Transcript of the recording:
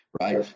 right